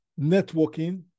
networking